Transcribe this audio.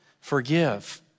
forgive